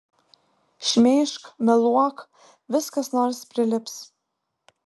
šmeižk meluok vis kas nors prilips